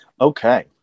Okay